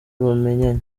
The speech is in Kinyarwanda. bamenyanye